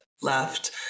left